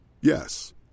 Yes